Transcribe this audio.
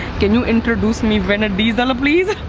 can you introduce me vin diesel please?